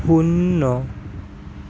শূন্য